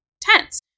tense